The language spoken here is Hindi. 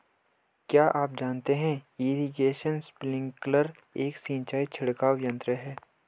क्या आप जानते है इरीगेशन स्पिंकलर एक सिंचाई छिड़काव यंत्र है?